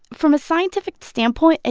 from a scientific standpoint, ah